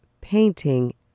painting